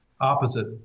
opposite